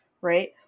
right